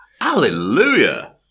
Hallelujah